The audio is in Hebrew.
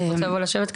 חשוב לי